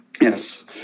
Yes